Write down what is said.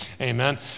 Amen